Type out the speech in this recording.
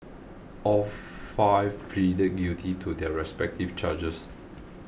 all five pleaded guilty to their respective charges